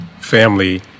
family